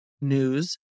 news